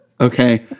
Okay